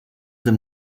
them